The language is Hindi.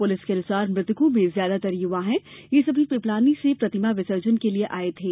पुलिस के अनुसार मृतकों में ज्यादातर युवा है यह सभी पिपलानी से प्रतिमा विसर्जन के लिए आये थे